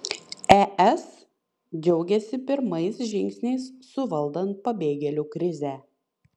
es džiaugiasi pirmais žingsniais suvaldant pabėgėlių krizę